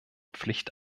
pflicht